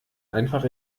einfach